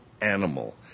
animal